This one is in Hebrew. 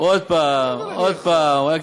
ועוד פעם ועוד פעם ועוד פעם.